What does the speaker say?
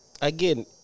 again